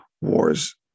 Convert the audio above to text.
War's